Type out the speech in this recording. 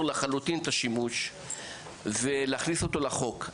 לחלוטין את השימוש ולהכניס אותו לחוק,